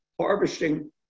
harvesting